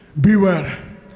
Beware